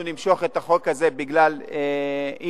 למשוך את החוק הזה בגלל אי-הסכמות.